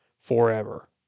forever